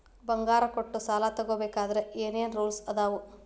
ಬಂಗಾರ ಕೊಟ್ಟ ಸಾಲ ತಗೋಬೇಕಾದ್ರೆ ಏನ್ ಏನ್ ರೂಲ್ಸ್ ಅದಾವು?